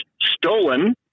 stolen